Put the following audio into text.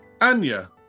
Anya